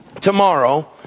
tomorrow